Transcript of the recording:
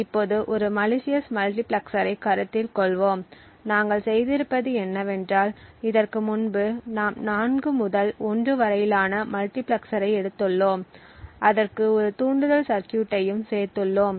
இப்போது ஒரு மலிசியஸ் மல்டிபிளெக்சரைக் கருத்தில் கொள்வோம் நாங்கள் செய்திருப்பது என்னவென்றால் இதற்கு முன்பு நாம் 4 முதல் 1 வரையிலான மல்டிபிளெக்சரை எடுத்துள்ளோம் அதற்கு ஒரு தூண்டுதல் சர்கியூட்டையும் சேர்த்துள்ளோம்